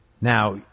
Now